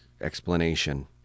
explanation